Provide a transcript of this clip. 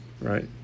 right